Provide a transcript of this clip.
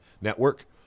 network